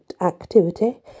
activity